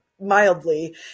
mildly